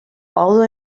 although